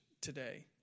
today